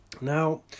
Now